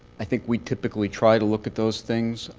i think we typically try to look at those things.